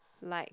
like